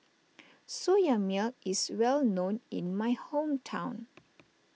Soya Milk is well known in my hometown